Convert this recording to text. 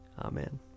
Amen